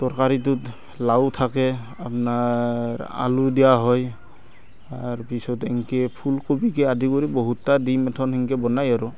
তৰকাৰীটোত লাও থাকে আপোনাৰ আলু দিয়া হয় তাৰপিছত এনেকৈ ফুলকবিকে আদি কৰি বহুতটা দি মাথোন এনেকৈ বনাই আৰু